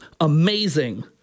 amazing